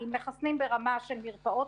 אם מחסנים ברמה של מרפאות,